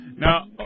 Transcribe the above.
Now